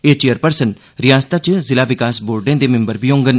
एह् चेयरपर्सन रिआसता च जिला विकास बोर्डे दे मैम्बर बी होड़न